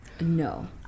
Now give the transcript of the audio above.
No